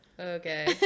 Okay